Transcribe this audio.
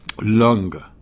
Lung